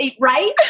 Right